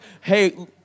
hey